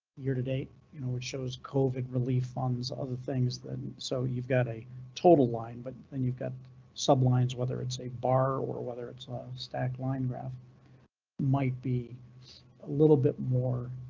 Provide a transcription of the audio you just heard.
year to date you know it shows covid relief funds. other things that so you've got a total line, but then you've got sublines. whether it's a bar or whether it's stacked line graph might be a little bit more.